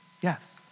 Yes